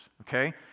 okay